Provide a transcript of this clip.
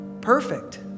perfect